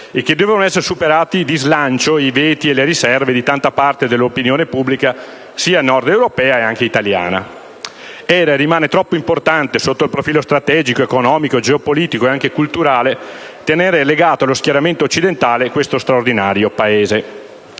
e che dovevano essere superati di slancio i veti e le riserve di tanta parte dell'opinione pubblica nordeuropea e anche italiana. Era e rimane troppo importante, sotto il profilo strategico, economico, geopolitico e anche culturale, tenere legato allo schieramento occidentale questo straordinario Paese.